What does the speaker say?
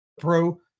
pro